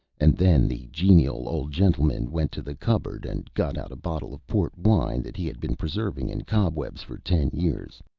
and then the genial old gentleman went to the cupboard and got out a bottle of port-wine that he had been preserving in cobwebs for ten years.